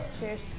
Cheers